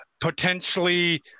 potentially